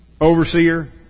overseer